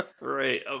Right